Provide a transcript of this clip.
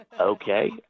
Okay